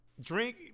Drink